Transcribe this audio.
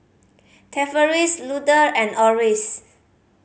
Tavaris Luther and Orris